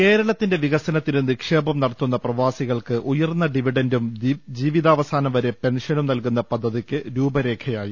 M കേരളത്തിന്റെ വികസനത്തിന് നിക്ഷേപം നടത്തുന്ന പ്രവാ സികൾക്ക് ഉയർന്ന ഡിവിഡന്റും ജീവിതാവസാനം വരെ പെൻഷനും നൽകുന്ന പദ്ധതിയ്ക്ക് രൂപരേഖയായി